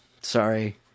sorry